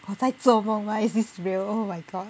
我在做梦吗 is this real oh my god